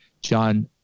John